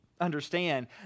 understand